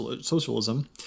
socialism